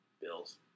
Bills